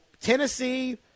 Tennessee